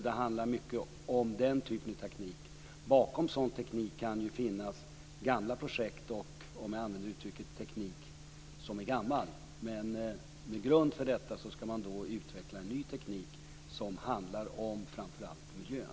Det handlar mycket om den typen av teknik. Bakom sådan teknik kan finnas gamla projekt och, om jag använder det uttrycket, teknik som är gammal. Men med detta som grund ska man utveckla en ny teknik som handlar om framför allt miljön.